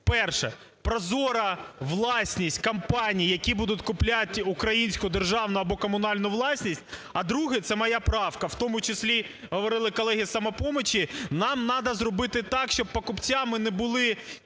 Перше, прозора власність компаній, які будуть купляти українську державну або комунальну власність. А, друге, це моя правка, в тому числі говорили колеги з "Самопомочі", нам надо зробити так, щоб покупцями не були